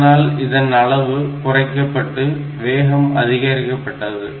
இதனால் இதன் அளவு குறைக்கப்பட்டு வேகம் அதிகரிக்கப்பட்டது